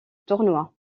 tournoi